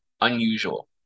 unusual